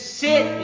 sit